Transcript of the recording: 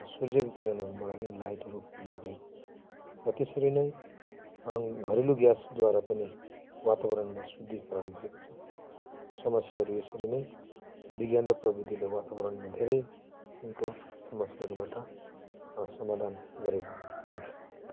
सूर्यको किरणहरूबाट पनि लाइटहरू उप्लब्ध भएको छ र त्यसरी नै घरेलु ग्यासद्वारा पनि वातावरणमा शुद्धिकरण भएको छ समस्याहरू यसरी नै विज्ञान र प्रविधिले वातावरणमा धेरै किसिमको समस्याहरूबाट समाधान गरेको पाइन्छ